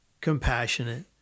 compassionate